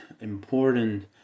important